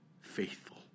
faithful